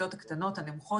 בכיתות הנמוכות,